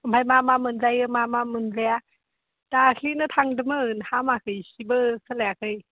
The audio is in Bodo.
ओमफाय मा मा मोनजायो मा मा मोनजाया दाख्लिनो थांदोमोन हामाखै एसिबो सोलायाखै